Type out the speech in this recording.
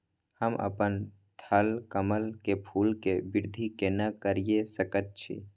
हम अपन थलकमल के फूल के वृद्धि केना करिये सकेत छी?